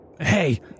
Hey